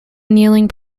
annealing